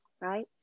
right